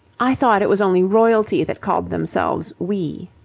i thought it was only royalty that called themselves we.